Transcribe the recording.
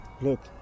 Look